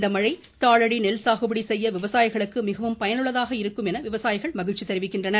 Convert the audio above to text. இந்த மழை தாளடி நெல்சாகுபடி செய்ய விவசாயிகளுக்கு மிகவும் பயனுள்ளதாக இருக்கும் என விவசாயிகள் மகிழ்ச்சி தெரிவிக்கின்றனர்